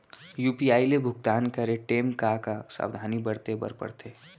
UPI ले भुगतान करे टेम का का सावधानी बरते बर परथे